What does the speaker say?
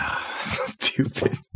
Stupid